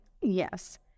Yes